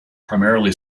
primarily